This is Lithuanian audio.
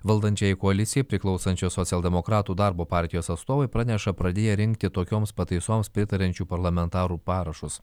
valdančiajai koalicijai priklausančios socialdemokratų darbo partijos atstovai praneša pradėję rinkti tokioms pataisoms pritariančių parlamentarų parašus